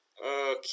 Okay